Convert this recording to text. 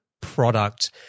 product